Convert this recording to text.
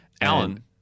Alan